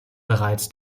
bereits